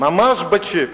ממש בצ'יק.